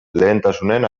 lehentasunen